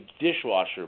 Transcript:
dishwasher